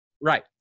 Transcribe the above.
Right